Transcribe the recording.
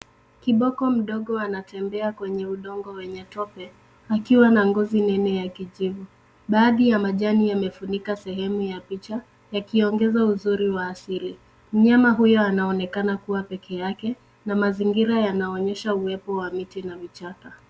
Kiboko mdogo anatembea kwenye udongo wenye tope, akiwa na ngozi nene ya kijivu. Baadhi ya majani yamefunika sehemu ya picha, yakiongeza uzuri wa asili. Mnyama huyo anaonekana kua pekeake, na mazingira yanaonyesha uwepo wa miti na vichaka.